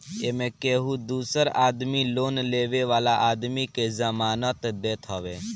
एमे केहू दूसर आदमी लोन लेवे वाला आदमी के जमानत देत हवे